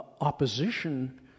opposition